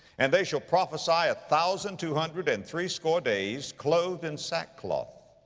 and they shall prophesy a thousand two hundred and threescore days, clothed in sackcloth.